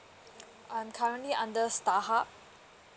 I'm currently under starhub